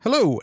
Hello